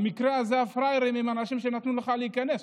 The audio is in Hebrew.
במקרה הזה הפראיירים הם האנשים שנתנו לך להיכנס,